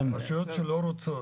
רשויות שלא רוצות,